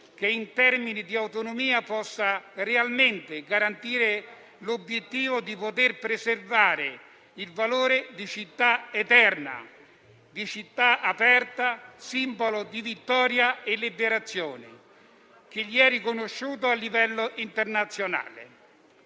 che in termini di autonomia possa realmente garantire l'obiettivo di poter preservare il valore di città eterna, di città aperta, simbolo di vittoria e liberazione, che le è riconosciuto a livello internazionale.